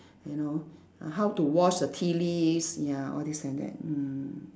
you know how to wash the tea leaves ya all this and that mm